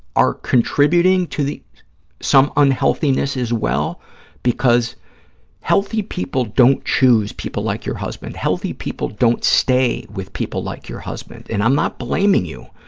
are contributing to some unhealthiness as well because healthy people don't choose people like your husband. healthy people don't stay with people like your husband. and i'm not blaming you,